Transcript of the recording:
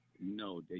No